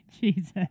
Jesus